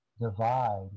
divide